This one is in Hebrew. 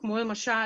כמו למשל